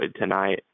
tonight